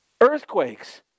Earthquakes